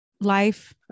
life